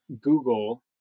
Google